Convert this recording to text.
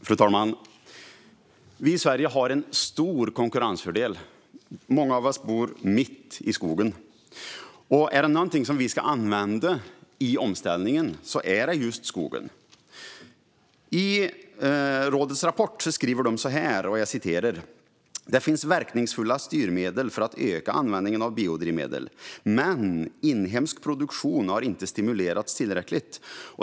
Fru talman! Vi i Sverige har en stor konkurrensfördel. Många av oss bor mitt i skogen, och är det någonting som vi ska använda i omställningen är det just skogen. Rådet skriver i sin rapport: "Det finns verkningsfulla styrmedel för att öka användningen av biodrivmedel, men inhemsk produktion har inte stimulerats tillräckligt."